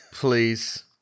Please